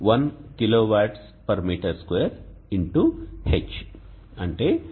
ఇది 1 kWm2 X H